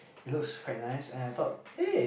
it looks quite nice and I thought hey